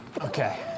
Okay